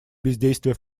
бездействия